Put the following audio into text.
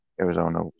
Arizona